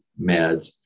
meds